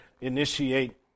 initiate